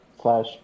slash